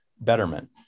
betterment